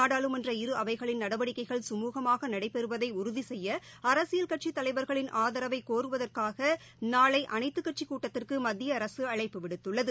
நாடாளுமன்ற இரு அவைகளின் நடவடிக்கைகள் சுமூகமாக நடைபெறுவதை உறுதி செய்ய அரசியல் கட்சித் தலைவர்களின் ஆதரவை கோருவதற்காக நாளை அனைத்துக் கட்சிக் கூட்டத்திற்கு மத்திய அரசு அழைப்பு விடுத்துள்ளது